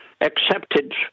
accepted